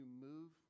move